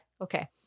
Okay